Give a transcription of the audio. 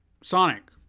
Sonic